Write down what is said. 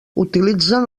utilitzen